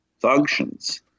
functions